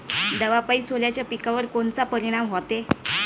दवापायी सोल्याच्या पिकावर कोनचा परिनाम व्हते?